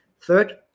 Third